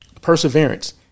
perseverance